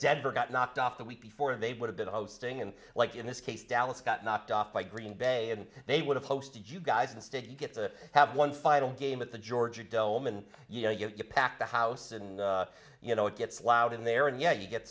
denver got knocked off the week before and they would have been hosting and like in this case dallas got knocked off by green bay and they would have hosted you guys instead you get to have one final game at the georgia dome and you know you pack the house and you know it gets loud in there and yeah you get